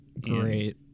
Great